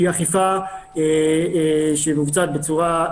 היא אכיפה שמבוצעת בצורה יעילה.